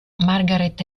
margaret